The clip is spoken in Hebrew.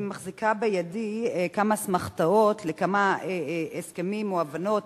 אני מחזיקה בידי כמה אסמכתאות לכמה הסכמים או הבנות